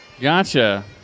Gotcha